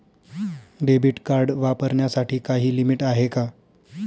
Debit card वापरण्यासाठी काही limit आहे का?